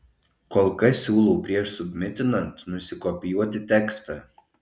kol kas siūlau prieš submitinant nusikopijuoti tekstą